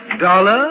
Dollar